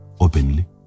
openly